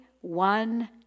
one